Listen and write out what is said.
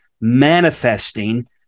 manifesting